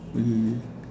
mmhmm